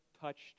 touched